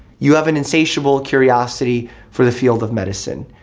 you have an insatiable curiosity for the field of medicine,